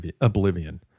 oblivion